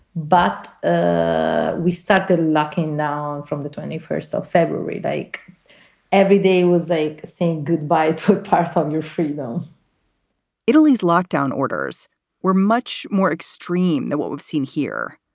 but ah we started locking down from the twenty first of february. like every day was like saying goodbye to half of your freebo italy's lockdown orders were much more extreme than what we've seen here.